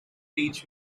teach